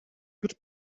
good